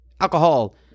alcohol